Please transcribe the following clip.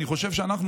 אני חושב שאנחנו,